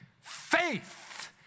faith